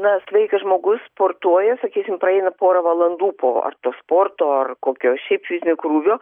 na sveikas žmogus sportuoja sakysim praeina pora valandų po ar to sporto ar kokios šiaip fizinio krūvio